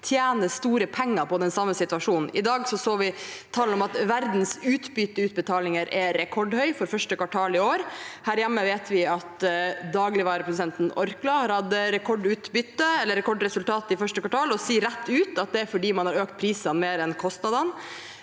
tjener store penger på den samme situasjonen. I dag så vi tall som viste at verdens utbytteutbetalinger er rekordhøye i første kvartal i år. Her hjemme vet vi at dagligvareprodusenten Orkla har hatt rekordresultat i første kvartal og sier rett ut at det er fordi prisene har økt mer enn kostnadene.